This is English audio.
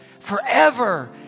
forever